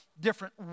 different